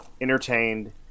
entertained